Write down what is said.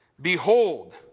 behold